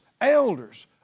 elders